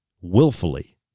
willfully